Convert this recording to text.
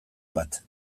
bat